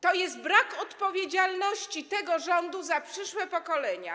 To jest brak odpowiedzialności tego rządu za przyszłe pokolenia.